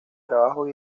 trabajos